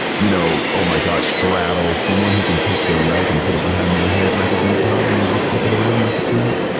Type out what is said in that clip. you know, oh my gosh, straddles someone who can take their leg and put it behind their head like it's no problem and just flip it around like it's milk.